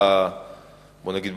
בוא נגיד,